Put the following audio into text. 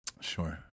Sure